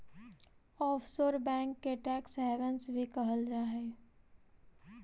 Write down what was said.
offshore bank के tax havens भी कहल जा हइ